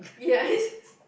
yeah it's just